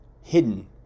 hidden